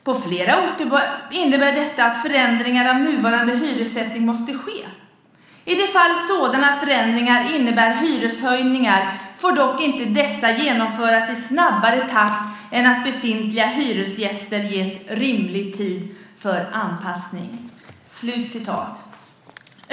På flera orter innebär detta att förändringar av nuvarande hyressättning måste ske. I de fall sådana förändringar innebär hyreshöjningar får dock inte dessa genomföras i snabbare takt än att befintliga hyresgäster ges rimlig tid för anpassning."